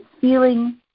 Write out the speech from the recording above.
feeling